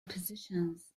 positions